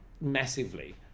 massively